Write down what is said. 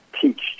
teach